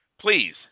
please